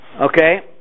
Okay